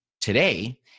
today